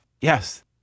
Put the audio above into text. Yes